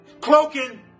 cloaking